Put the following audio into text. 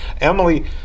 Emily